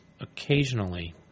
occasionally